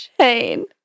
Shane